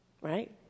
Right